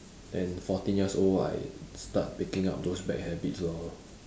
and fourteen years old I start picking up those bad habits lor